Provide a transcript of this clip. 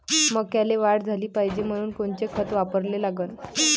मक्याले वाढ झाली पाहिजे म्हनून कोनचे खतं वापराले लागन?